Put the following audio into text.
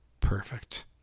Perfect